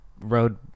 road